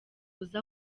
uzi